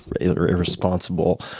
irresponsible